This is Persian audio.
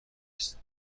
است